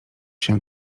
się